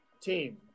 team